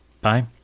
Bye